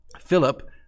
Philip